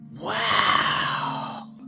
Wow